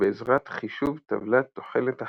בעזרת חישוב טבלת "תוחלת החיים"